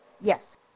Yes